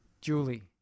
Julie